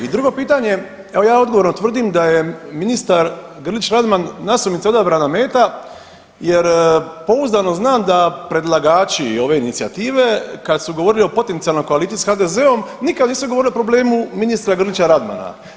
I drugo pitanje, evo ja odgovorno tvrdim da je ministar Grlić Radman nasumice odabrana meta jer pouzdano znam da predlagači ove inicijative kad su govorili o potencijalnoj koaliciji s HDZ-om nikad nisu govorili o problemu ministra Grila Radmana.